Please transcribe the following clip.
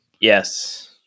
yes